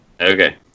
okay